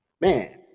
Man